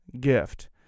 gift